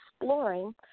exploring